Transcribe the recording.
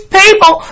people